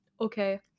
Okay